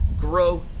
grow